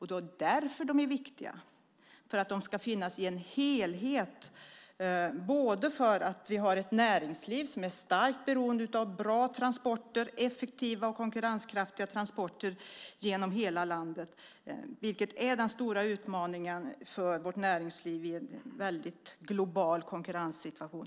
Det är viktigt att de finns i en helhet, för vi har ett näringsliv som är starkt beroende av bra, effektiva och konkurrenskraftiga transporter genom hela landet, vilket är den stora utmaningen för vårt näringsliv i en global konkurrenssituation.